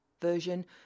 version